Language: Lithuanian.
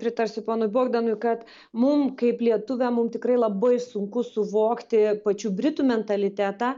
pritarsiu ponui bogdanui kad mum kaip lietuviam mum tikrai labai sunku suvokti pačių britų mentalitetą